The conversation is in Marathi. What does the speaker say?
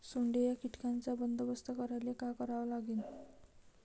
सोंडे या कीटकांचा बंदोबस्त करायले का करावं लागीन?